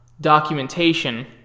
documentation